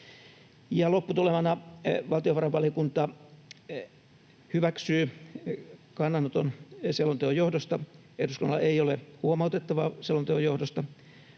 Lopputulemana valtiovarainvaliokunta hyväksyy kannanoton selonteon johdosta: ”Eduskunnalla ei ole huomautettavaa selonteon johdosta,